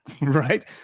right